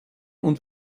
und